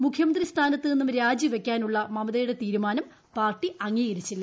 മുഖ്യമന്ത്രി സ്ഥാനത്ത് നിന്നും രാജി വയ്ക്കാനുള്ള മമതുടെ തീരുമാനം പാർട്ടി അംഗീകരിച്ചില്ല